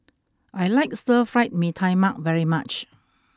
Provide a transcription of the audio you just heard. I like Stir Fried Mee Tai Mak very much